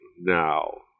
now